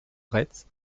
retz